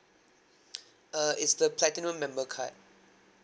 uh it's the platinum member card